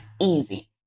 easy